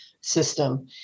system